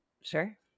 sure